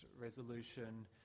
resolution